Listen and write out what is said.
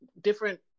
different